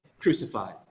crucified